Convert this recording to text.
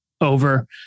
over